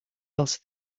else